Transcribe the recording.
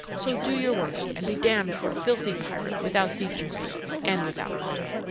so do your worst, and be damned for a filthy pirate without decency and without honour.